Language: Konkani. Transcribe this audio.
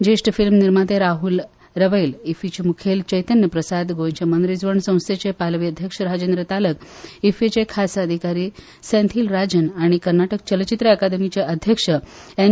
ज्येश्ठ फिल्म निर्माते राहल रैवल इफ्फीचे मुखेली चैतन्य प्रसाद गोंयचे मनरिजवण संस्थेचे पालवी अध्यक्ष राजेंद्र तालक इफ्फीचे खासा अधिकारी सँथील राजवन आनी कर्नाटक चलचित्र अकादमीचे अध्यक्ष एन